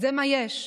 זה מה יש,